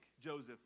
Joseph